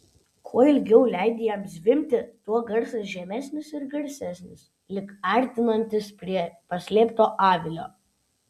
kuo ilgiau leidi jam zvimbti tuo garsas žemesnis ir garsesnis lyg artinantis prie paslėpto avilio